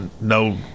no